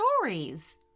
stories